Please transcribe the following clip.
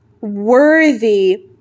worthy